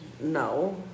No